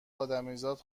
ادمیزاد